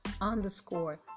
underscore